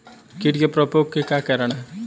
कीट के प्रकोप के क्या कारण हैं?